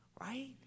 right